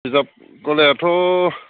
बिजाब गलायाथ'